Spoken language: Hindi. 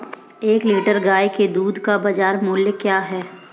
एक लीटर गाय के दूध का बाज़ार मूल्य क्या है?